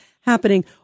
happening